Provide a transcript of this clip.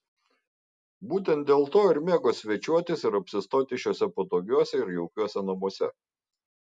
būtent dėlto ir mėgo svečiuotis ir apsistoti šiuose patogiuose ir jaukiuose namuose